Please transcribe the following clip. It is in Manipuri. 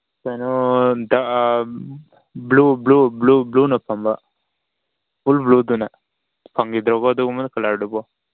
ꯀꯩꯅꯣ ꯕ꯭ꯂꯨ ꯕ꯭ꯂꯨ ꯕ꯭ꯂꯨꯅ ꯐꯝꯕ ꯐꯨꯜ ꯕ꯭ꯂꯨꯗꯨꯅ ꯐꯪꯒꯤꯗꯧꯕ꯭ꯔꯣ ꯑꯗꯨꯝꯕ ꯀꯂꯔꯗꯨꯕꯨ